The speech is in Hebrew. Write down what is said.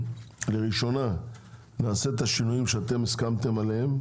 לקריאה ראשונה נעשה את השינויים שאתם הסכמתם עליהם,